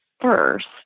first